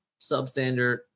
substandard